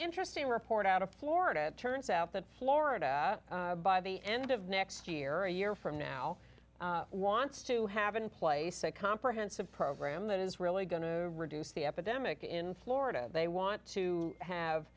interesting report out of florida it turns out that florida by the end of next year a year from now wants to have in place a comprehensive program that is really going to reduce the epidemic in florida they want to have